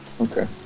Okay